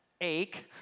ache